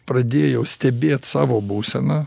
pradėjau stebėt savo būseną